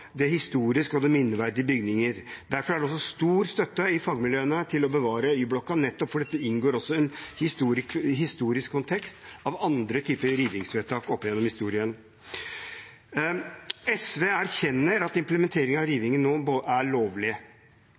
det historiske og minneverdige i bygninger. Derfor er det også stor støtte i fagmiljøene til å bevare Y-blokka, nettopp fordi det inngår i en historisk kontekst av andre typer rivingsvedtak opp gjennom historien. SV erkjenner at implementeringen av rivingen nå er lovlig,